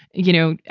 you know,